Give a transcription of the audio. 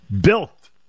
built